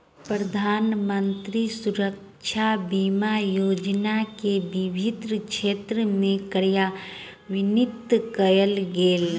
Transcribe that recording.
प्रधानमंत्री सुरक्षा बीमा योजना के विभिन्न क्षेत्र में कार्यान्वित कयल गेल